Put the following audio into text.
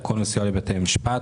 תקון וסיוע לבתי משפט